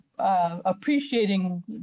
Appreciating